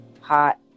hot